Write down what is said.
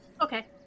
Okay